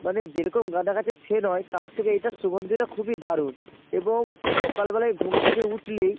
মানে যেরকম গাঁদা গাছের সেন্ট হয় তার থেকে এটার সুগন্ধটা খুবই দারুণ এবং সকাল বেলায় ঘুম থেকে উঠলেই